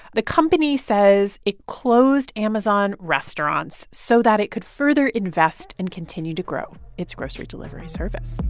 the company says it closed amazon restaurants so that it could further invest and continue to grow its grocery delivery service